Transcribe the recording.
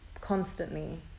constantly